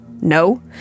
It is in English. no